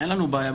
אין לנו בעיה.